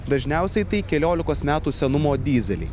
dažniausiai tai keliolikos metų senumo dyzeliai